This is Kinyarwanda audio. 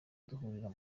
duhurira